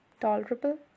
Tolerable